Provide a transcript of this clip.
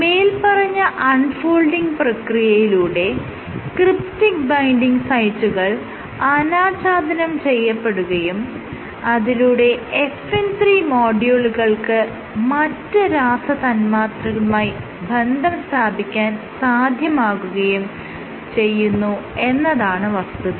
മേല്പറഞ്ഞ unfolding പ്രക്രിയയിലൂടെ cryptic binding സൈറ്റുകൾ അനാച്ഛാദനം ചെയ്യപ്പെടുകയും അതിലൂടെ FN 3 മോഡ്യൂളുകൾക്ക് മറ്റ് രാസതന്മാത്രകളുമായി ബന്ധം സ്ഥാപിക്കാൻ സാധ്യമാകുകയും ചെയ്യുന്നു എന്നതാണ് വസ്തുത